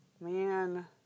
man